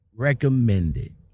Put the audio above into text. recommended